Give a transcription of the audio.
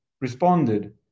responded